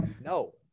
No